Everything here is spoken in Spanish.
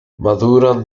maduran